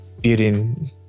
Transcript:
building